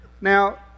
Now